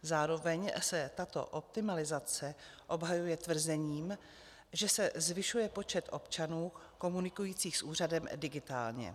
Zároveň se tato optimalizace obhajuje tvrzením, že se zvyšuje počet občanů komunikujících s úřadem digitálně.